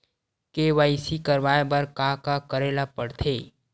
KYC करवाय बर का का करे ल पड़थे?